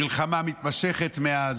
מלחמה מתמשכת מאז,